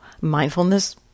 mindfulness